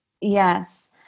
Yes